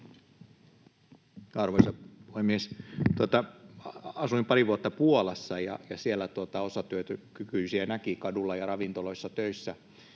Arvoisa puhemies! Asuin pari vuotta Puolassa, ja siellä osatyökykyisiä näki töissä kadulla ja ravintoloissa. Muistan